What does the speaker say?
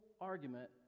argument